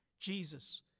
Jesus